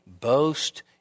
boast